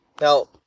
Now